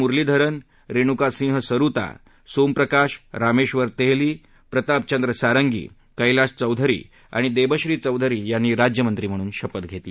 मुरलीधर्न रेनुका सिहं सरूता सोम प्रकाश रामेबहर तेली प्रताप चन्द्र सारंगी कलाश चौधरी आणि देबश्री चौधरी यांनी राज्यमंत्री म्हणून शपथ घेतली